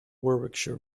warwickshire